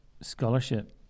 scholarship